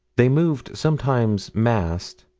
they moved sometimes massed,